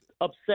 upset